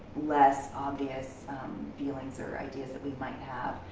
less obvious feelings or ideas that we might have.